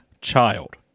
child